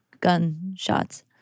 gunshots